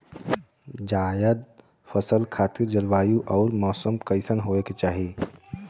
जायद फसल खातिर जलवायु अउर मौसम कइसन होवे के चाही?